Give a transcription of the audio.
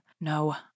No